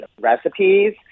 recipes